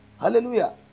Hallelujah